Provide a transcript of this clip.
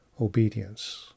obedience